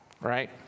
right